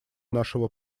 нашего